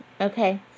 Okay